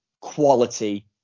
quality